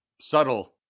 subtle